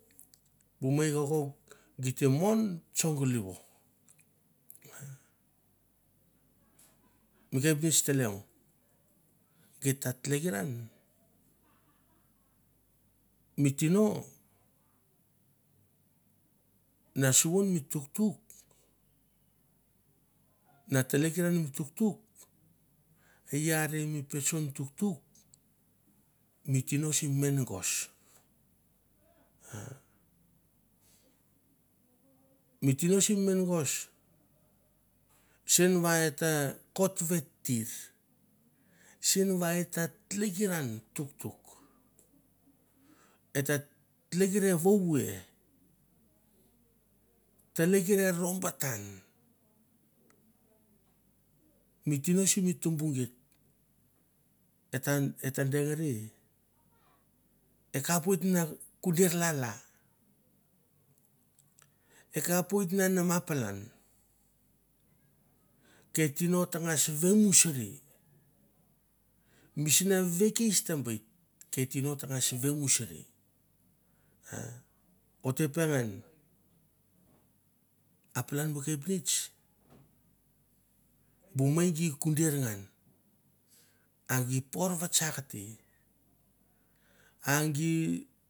Bu mei kokauk gi te mon tsongaliva, mi kepinets ta leong git ta tlekran mi tino na suvon mi tuktuk na tlekekeran mi tuktuk e i a re mengos, sen va e ta kot vet tir, sen va et ta tlekeran tuktuk et ta tlekeran vouve. tlekeran rombatan mi tino simi tumbu geit et ta dengari e akapoit na kunderlala, ekapoit na mama palan, ke tino tangas vamusuri misana vekis ta bet ke ke tino tangas vamusuri ma o te pengan a palan bu kepnets bu mei gi kunder ngan a gi por vatsak te a gi.